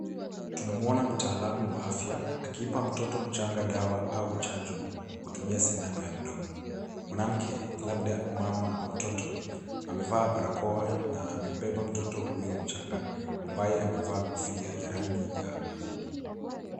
Tunamuona mtaalamu wa afya akipa mtoto mchanga dawa au chanjo kwa kutumia sindano ya mdomo. Mwanamke, labda mama wa mtoto, amevaa barakoa na amembeba mtoto huyo mchanga ambaye amevaa kofia ya rangi ya waridi.